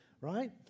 right